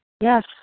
Yes